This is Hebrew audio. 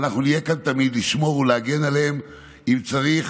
ואנחנו נהיה כאן תמיד לשמור ולהגן עליהם, אם צריך